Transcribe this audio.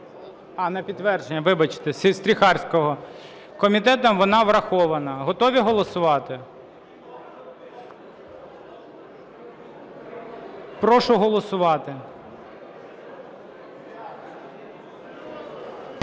А, на підтвердження, вибачте, Стріхарського. Комітетом вона врахована. Готові голосувати? Прошу голосувати.